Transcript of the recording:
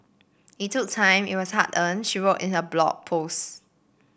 it took time it was hard earned she wrote in her Blog Post